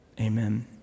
Amen